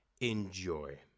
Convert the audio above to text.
Enjoy